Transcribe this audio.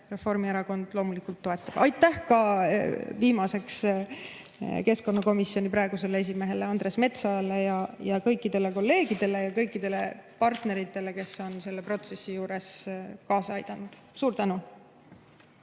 Reformierakond loomulikult toetab. Viimaseks, aitäh keskkonnakomisjoni praegusele esimehele Andres Metsojale ja kõikidele kolleegidele ja kõikidele partneritele, kes on selle protsessi juures kaasa aidanud! Suur tänu!